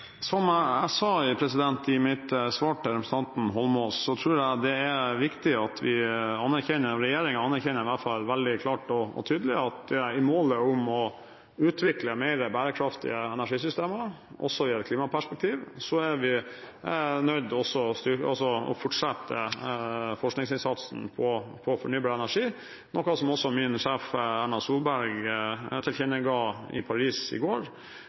representanten Eidsvoll Holmås, tror jeg det er viktig at vi anerkjenner – regjeringen gjør det i hvert fall veldig klart og tydelig – at når det gjelder målet om å utvikle mer bærekraftige energisystemer, også i et klimaperspektiv, er vi nødt til å fortsette forskningsinnsatsen på fornybar energi, noe som også min sjef, Erna Solberg, tilkjennega i Paris i går,